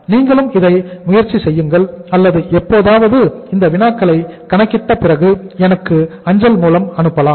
நீங்களும் இதை முயற்சி செய்யுங்கள் அல்லது எப்போதாவது இந்த வினாக்களை கணக்கிட்ட பிறகு எனக்கு அஞ்சல் மூலம் அனுப்பலாம்